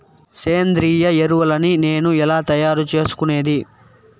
సేంద్రియ ఎరువులని నేను ఎలా తయారు చేసుకునేది?